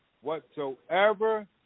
Whatsoever